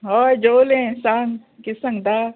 हय जेवलें सांग कितें सांगता